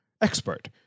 expert